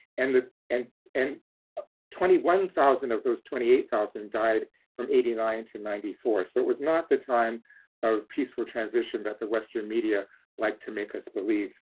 and and and ah twenty one thousand of those twenty eight thousand died from eighty nine to ninety four. so it was not the time of peaceful transition that the western media like to make us believe.